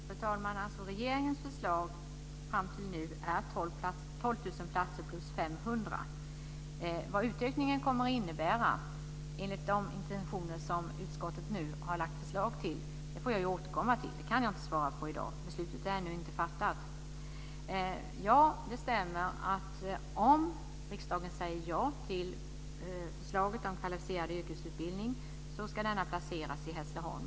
Fru talman! Regeringens förslag fram till nu är 12 000 platser plus 500. Vad utökningen kommer att innebära enligt de intentioner som utskottet nu har lagt fram förslag om får jag återkomma till. Det kan jag inte svara på i dag. Beslutet är ännu inte fattat. Ja, det stämmer. Om riksdagen säger ja till förslaget om kvalificerad yrkesutbildning ska myndigheten placeras i Hässleholm.